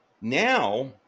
Now